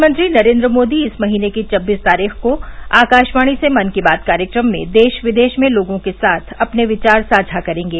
प्रधानमंत्री नरेन्द्र मोदी इस महीने की छबीस तारीख को आकाशवाणी से मन की बात कार्यक्रम में देश विदेश में लोगों के साथ अपने विचार साझा करेंगे